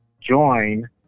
join